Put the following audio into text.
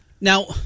Now